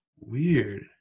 weird